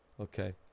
Okay